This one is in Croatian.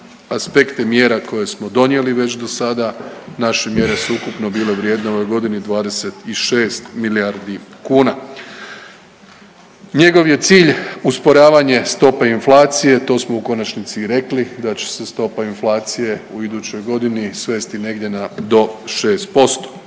aspekte mjera koje smo donijeli već do sada. Naše mjere su ukupno bile vrijedne u ovoj godini 26 milijardi kuna. Njegov je cilj usporavanje stope inflacije, to smo u konačnici i rekli da će se stopa inflacije u idućoj godini svesti negdje na, do